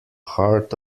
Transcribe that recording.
heart